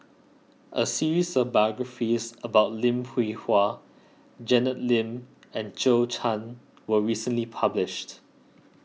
a series of biographies about Lim Hwee Hua Janet Lim and Zhou Can was recently published